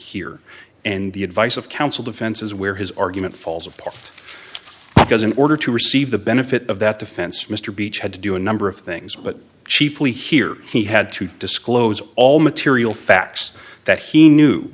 here and the advice of counsel defense is where his argument falls apart because in order to receive the benefit of that defense mr beech had to do a number of things but chiefly here he had to disclose all material facts that he knew